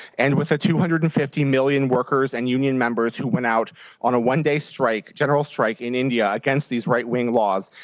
and with the two hundred and fifty million workers and union members who went out on a one-day general strike and and yeah against these right-wing laws,